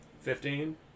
Fifteen